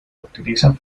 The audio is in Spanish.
utilizan